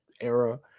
Era